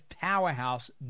powerhouse